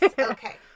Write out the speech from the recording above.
Okay